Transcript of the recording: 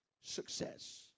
success